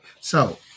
So-